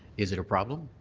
is it a problem?